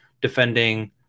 defending